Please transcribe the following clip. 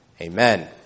Amen